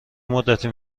مدتی